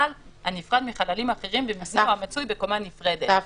הנפרד מחללים אחרים- -- מצוי בקומה נפרדת.